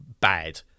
bad